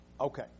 Okay